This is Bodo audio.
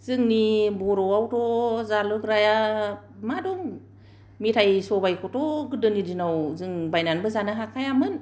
जोंनि बर'आवथ' जालुग्राया मा दं मेथाइ सबाइखौथ' गोदोनि दिनाव जों बायनानैबो जानो हाखायामोन